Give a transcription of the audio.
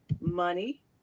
money